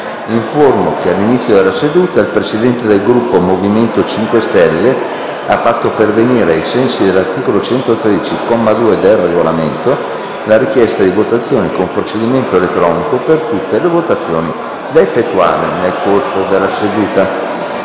che all'inizio della seduta il Presidente del Gruppo MoVimento 5 Stelle ha fatto pervenire, ai sensi dell'articolo 113, comma 2, del Regolamento, la richiesta di votazione con procedimento elettronico per tutte le votazioni da effettuare nel corso della seduta.